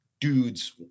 dudes